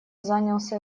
занялся